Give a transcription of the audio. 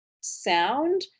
sound